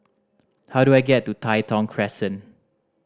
how do I get to Tai Thong Crescent